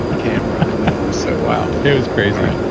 camera. i know. it was so wild it was crazy.